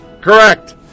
correct